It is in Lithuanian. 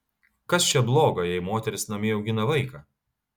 kas čia bloga jei moteris namie augina vaiką